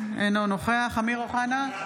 אינו נוכח אמיר אוחנה,